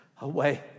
away